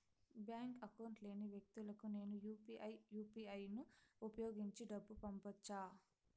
Bank account లేని వ్యక్తులకు నేను యు పి ఐ యు.పి.ఐ ను ఉపయోగించి డబ్బు పంపొచ్చా?